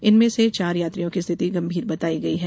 इनमें से चार यात्रियों की स्थिति गंभीर बतायी गई है